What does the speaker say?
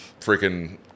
freaking